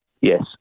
Yes